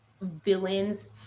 villains